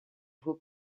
who